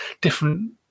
different